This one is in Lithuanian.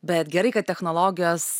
bet gerai kad technologijos